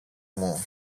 μου